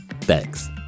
Thanks